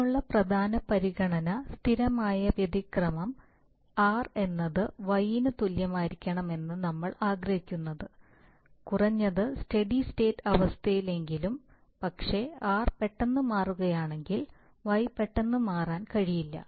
അതിനുള്ള പ്രധാന പരിഗണന സ്ഥിരമായ വ്യതിക്രമം r എന്നത് Y ന് തുല്യമായിരിക്കണമെന്ന് നമ്മൾ ആഗ്രഹിക്കുന്നു കുറഞ്ഞത് സ്റ്റെഡി സ്റ്റേറ്റ് അവസ്ഥയിലെങ്കിലും പക്ഷേ r പെട്ടെന്ന് മാറുകയാണെങ്കിൽ y പെട്ടെന്ന് മാറാൻ കഴിയില്ല